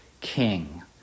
king